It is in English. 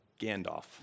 Gandalf